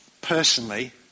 personally